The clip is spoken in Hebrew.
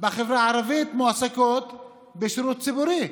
בחברה הערבית מועסקות בשירות ציבורי,